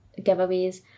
giveaways